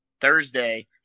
Thursday